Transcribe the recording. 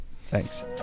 Thanks